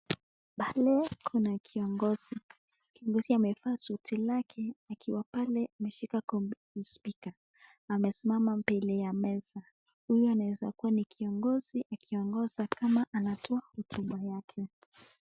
Pale kuna kiongozi. Kiongozi amevaa suti lake akiwa pale ameshika spika. Amesimama mbele ya meza. Yeye anaweza kuwa ni kiongozi akiongoza ama anatoa hotuba yake.